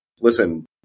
listen